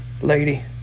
lady